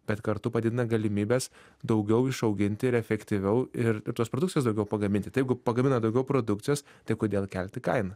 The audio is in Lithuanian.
bet kartu padidina galimybes daugiau išauginti ir efektyviau ir tos produkcijos daugiau pagaminti tai jeigu pagamina daugiau produkcijos tai kodėl kelti kainą